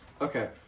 Okay